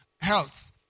health